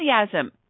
enthusiasm